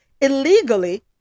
illegally